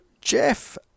Jeff